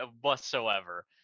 whatsoever